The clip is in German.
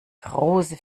große